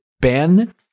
Ben